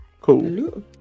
Cool